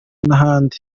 n’ahandi